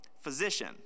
physician